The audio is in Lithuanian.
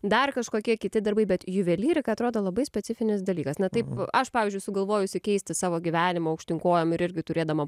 dar kažkokie kiti darbai bet juvelyrika atrodo labai specifinis dalykas na taip aš pavyzdžiui sugalvojusi keisti savo gyvenimą aukštyn kojom ir irgi turėdama